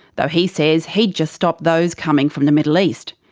though he says he'd just stop those coming from the middle east.